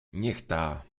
niechta